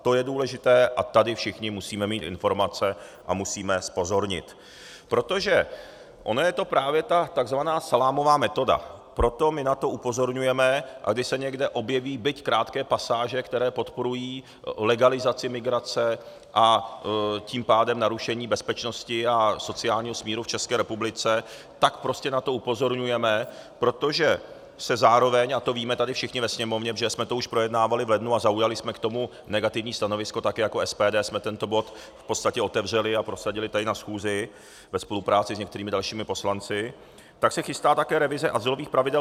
To je důležité a tady všichni musíme mít informace a musíme zpozornět, protože ono je to právě ta tzv. salámová metoda, proto my na to upozorňujeme, a když se někde objeví byť krátké pasáže, které podporují legalizaci migrace, a tím pádem narušení bezpečnosti a sociálního smíru v České republice, tak prostě na to upozorňujeme, protože se zároveň a to víme tady všichni ve Sněmovně, protože jsme to už projednávali v lednu a zaujali jsme k tomu negativní stanovisko, také jako SPD jsme tento bod v podstatě otevřeli a prosadili tady na schůzi ve spolupráci s některými dalšími poslanci tak se chystá také revize azylových pravidel v Evropské unii, tzv. Dublin IV.